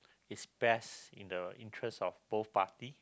is best in the interest of both party